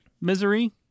misery